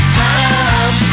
time